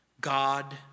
God